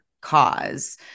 cause